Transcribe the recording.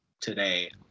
today